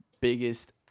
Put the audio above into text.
biggest